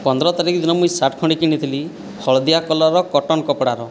ପନ୍ଦର ତାରିଖ ଦିନ ମୁଁ ସାର୍ଟ ଖଣ୍ଡେ କିଣିଥିଲି ହଳଦିଆ କଲରର କଟନ କପଡ଼ାର